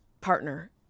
partner